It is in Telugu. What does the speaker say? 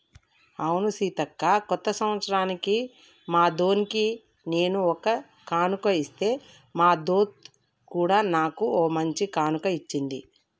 అవును సీతక్క కొత్త సంవత్సరానికి మా దొన్కి నేను ఒక కానుక ఇస్తే మా దొంత్ కూడా నాకు ఓ మంచి కానుక ఇచ్చింది